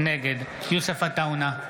נגד יוסף עטאונה,